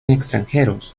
extranjeros